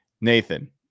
Nathan